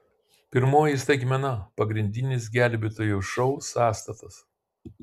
pirmoji staigmena pagrindinis gelbėtojų šou sąstatas